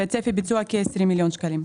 צפי ביצוע, כ-20 מיליון שקלים.